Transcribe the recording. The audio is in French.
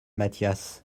mathias